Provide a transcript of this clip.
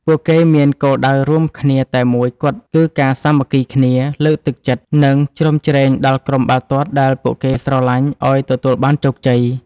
ពួកគេមានគោលដៅរួមគ្នាតែមួយគត់គឺការសាមគ្គីគ្នាលើកទឹកចិត្ត និង ជ្រោមជ្រែងដល់ក្រុមបាល់ទាត់ដែលពួកគេស្រលាញ់ឱ្យទទួលបានជោគជ័យ។